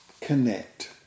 Connect